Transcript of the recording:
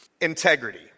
Integrity